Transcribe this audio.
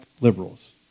liberals